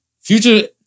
Future